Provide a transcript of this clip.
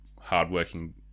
hardworking